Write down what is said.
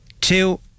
two